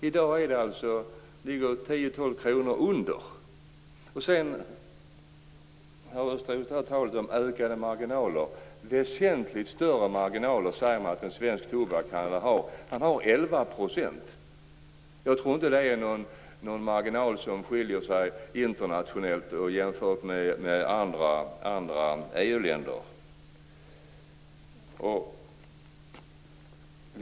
I dag ligger man 10-12 kr under. Det talas om ökade marginaler. Man säger att en svensk tobakshandlare har väsentligt större marginaler. Han har 11 %. Jag tror inte att det är någon marginal som skiljer sig internationellt eller jämfört med andra EU-länder.